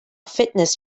fitness